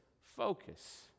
focus